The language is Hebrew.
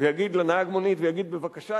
ויגיד לנהג המונית: בבקשה,